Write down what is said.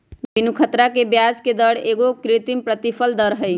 बीनू ख़तरा के ब्याजके दर एगो कृत्रिम प्रतिफल दर हई